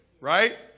right